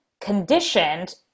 conditioned